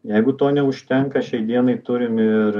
jeigu to neužtenka šiai dienai turim ir